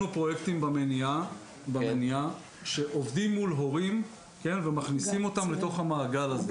פרויקטים במניעה שעובדים מול הורים ומכניסים אותם לתוך המעגל הזה.